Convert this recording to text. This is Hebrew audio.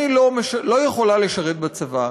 אני לא יכולה לשרת בצבא.